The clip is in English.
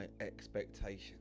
expectations